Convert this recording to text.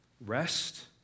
Rest